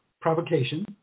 provocation